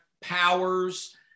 powers